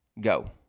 Go